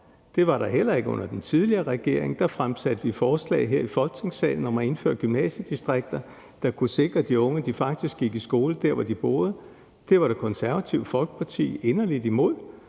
Det var der heller ikke under den tidligere regering; der fremsatte vi forslag her i Folketingssalen om at indføre gymnasiedistrikter, der kunne sikre de unge, at de faktisk gik i skole der, hvor de boede. Det var Det Konservative Folkeparti inderligt imod.